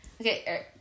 Okay